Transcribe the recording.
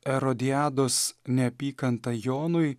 erodiados neapykanta jonui